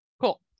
Cool